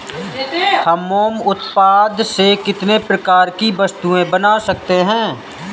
हम मोम उत्पाद से कितने प्रकार की वस्तुएं बना सकते हैं?